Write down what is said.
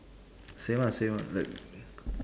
same ah same ah like